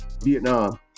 Vietnam